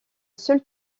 seul